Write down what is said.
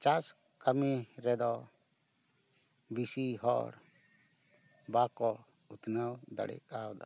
ᱪᱟᱥ ᱠᱟᱹᱢᱤ ᱨᱮᱫᱚ ᱵᱤᱥᱤ ᱦᱚᱲ ᱵᱟᱠᱚ ᱩᱛᱱᱟᱹᱣ ᱫᱟᱲᱮ ᱠᱟᱣᱫᱟ